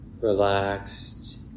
relaxed